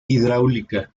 hidráulica